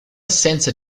assenza